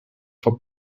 for